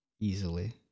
easily